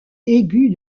aigu